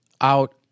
out